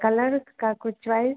colour का कुछ choice